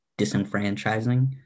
disenfranchising